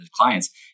clients